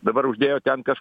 dabar uždėjo ten kaš